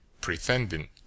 pretending